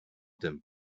them